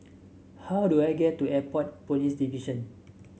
how do I get to Airport Police Division